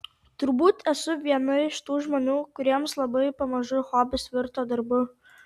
turbūt esu viena iš tų žmonių kuriems labai pamažu hobis virto darbu